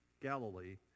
Galilee